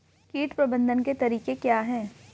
कीट प्रबंधन के तरीके क्या हैं?